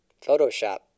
Photoshop